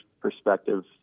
perspective